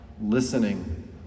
listening